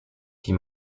die